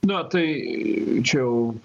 na tai čia jau